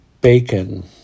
bacon